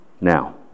Now